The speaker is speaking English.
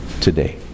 today